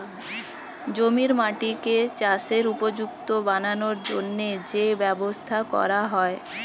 জমির মাটিকে চাষের উপযুক্ত বানানোর জন্যে যে ব্যবস্থা করা হয়